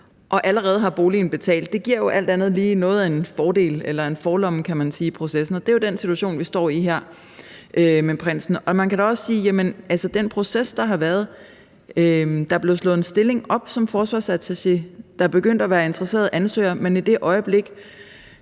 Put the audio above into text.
og allerede har boligen betalt, jo alt andet lige giver noget af en fordel eller en forlomme, kan man sige, i processen, og det er jo den situation, vi står i her med prinsen. Man kan da også sige om den proces, der har været, at der blev slået en stilling op som forsvarsattaché og der begyndte at være interesserede ansøgere, men i det øjeblik,